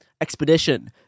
expedition